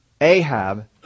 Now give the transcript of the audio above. Ahab